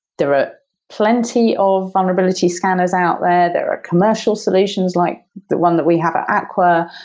there are plenty of vulnerability scanners out there. there are commercial solutions like the one that we have ah aqua.